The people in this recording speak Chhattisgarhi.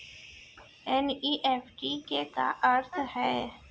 एन.ई.एफ.टी के का अर्थ है?